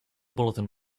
bulletin